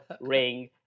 ring